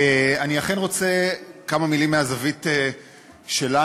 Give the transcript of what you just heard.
אני אכן רוצה לומר כמה מילים מהזווית שלנו,